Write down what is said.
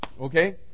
okay